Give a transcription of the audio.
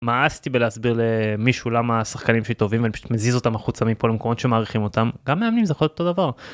מאסתי בלהסביר למישהו למה השחקנים שלי טובים אני פשוט מזיז אותם החוצה מפה למקומות שמעריכים אותם גם מאמנים זה יכול להיות אותו דבר.